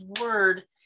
word